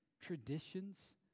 traditions